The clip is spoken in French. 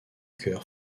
cœur